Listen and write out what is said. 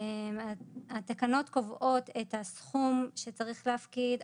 התקנות קובעות את הסכום שצריך להפקיד,